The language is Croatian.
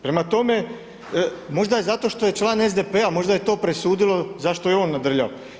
Prema tome, možda je zato što je član SDP-a možda je to presudilo zašto je on nadrljao.